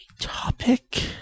topic